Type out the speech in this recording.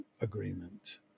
agreement